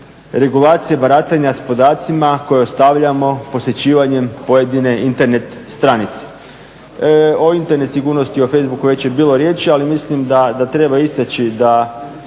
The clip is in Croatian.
regulacije baratanja s podacima koje ostavljamo, posjećivanjem pojedine Internet stranice. O Internet sigurnosti, o facebooku već je bilo riječi ali mislim da treba istaći da